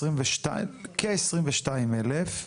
כ-22,000.